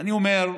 אני אומר,